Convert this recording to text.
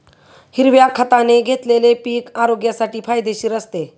हिरव्या खताने घेतलेले पीक आरोग्यासाठी फायदेशीर असते